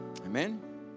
Amen